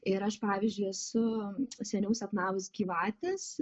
ir aš pavyzdžiui esu seniau sapnavus gyvates